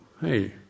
hey